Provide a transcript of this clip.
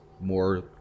more